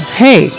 hey